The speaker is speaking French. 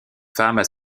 femmes